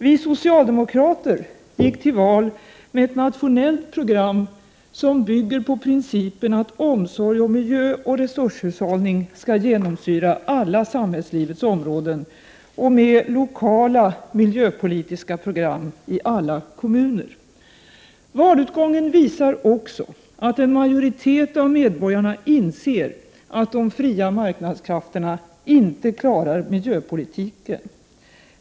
Vi socialdemokrater gick till val med ett nationellt program som bygger på principen att omsorgen om miljö och resurshushållning skall genomsyra alla samhällslivets områden och med lokala miljöpolitiska program i alla kommuner. Valutgången visar också att en majoritet av medborgarna inser att de fria marknadskrafterna inte klarar miljöpolitiken.